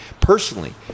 Personally